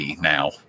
now